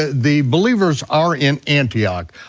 the believers are in antioch,